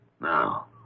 Now